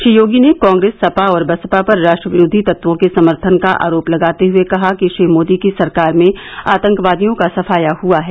श्री योगी ने कांग्रेस सपा और बसपा पर राष्ट्र विरोधी तत्वों के समर्थन का आरोप लगाते हुए कहा कि श्री मोदी की सरकार में आतंकवादियों का सफाया हुआ है